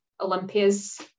Olympia's